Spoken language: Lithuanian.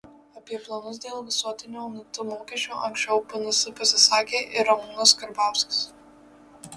apie planus dėl visuotinio nt mokesčio anksčiau bns pasisakė ir ramūnas karbauskis